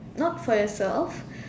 not for yourself